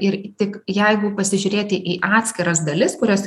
ir tik jeigu pasižiūrėti į atskiras dalis kurias